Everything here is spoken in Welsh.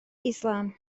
islam